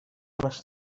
les